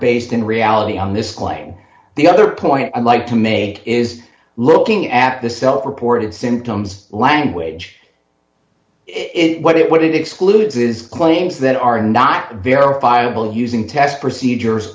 based in reality on this claim the other point i'd like to make is looking at the self reported symptoms language it what it what it excludes is claims that are not verifiable using test procedures